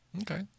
Okay